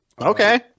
Okay